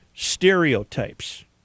stereotypes